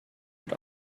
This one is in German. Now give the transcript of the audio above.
wird